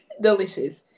delicious